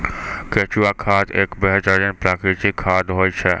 केंचुआ खाद एक बेहतरीन प्राकृतिक खाद होय छै